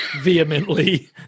vehemently